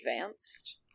advanced